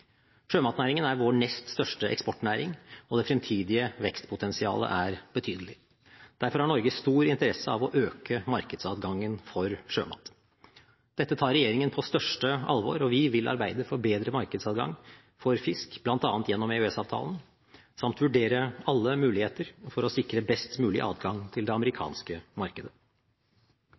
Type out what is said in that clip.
Sjømatnæringen er vår nest største eksportnæring, og det fremtidige vekstpotensialet er betydelig. Derfor har Norge stor interesse av å øke markedsadgangen for sjømat. Dette tar regjeringen på største alvor, og vi vil arbeide for bedret markedsadgang for fisk, bl.a. gjennom EØS-avtalen, samt vurdere alle muligheter for å sikre best mulig adgang til det amerikanske markedet.